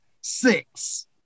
six